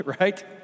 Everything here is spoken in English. right